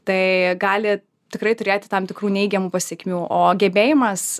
tai gali tikrai turėti tam tikrų neigiamų pasekmių o gebėjimas